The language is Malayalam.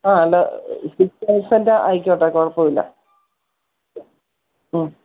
ആ അല്ല കിംഗ് സൈസ് തന്നെ ആയിക്കോട്ടെ കുഴപ്പമില്ല